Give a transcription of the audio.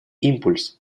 импульс